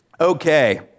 Okay